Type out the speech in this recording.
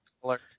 color